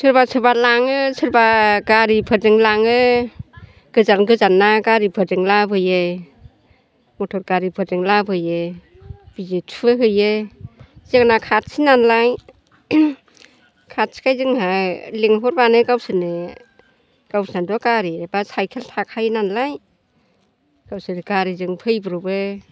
सोरबा सोरबा लांङो सोरबा गारि फोरजों लांङो गोजान गोजानना गारिफोरजों लाबोयो मथर गारिफोरजों लाबोयो बिजि थुहो हैयो जोंना खाथि नालाय खाथिखाय जोंहा लिंहरब्लानो गावसोरनो गावसिनाथ' गारि एबा साइकेल थाखायो नानलाय गावसोर गारिजों फैब्र'बो